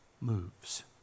moves